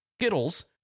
Skittles